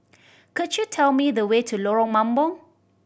could you tell me the way to Lorong Mambong